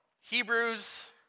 Hebrews